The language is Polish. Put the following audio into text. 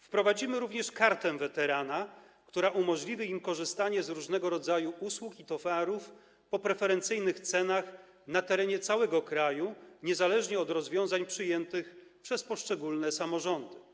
Wprowadzimy również kartę weterana, która umożliwi im korzystanie z różnego rodzaju usług i towarów po preferencyjnych cenach na terenie całego kraju, niezależnie od rozwiązań przyjętych przez poszczególne samorządy.